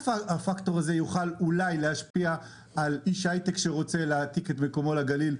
הפקטור הזה אולי יוכל להשפיע על איש הייטק שרוצה להעתיק את מקומו לגליל.